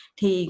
thì